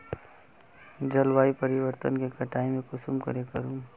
जलवायु परिवर्तन के कटाई में कुंसम करे करूम?